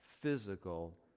physical